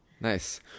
Nice